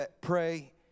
pray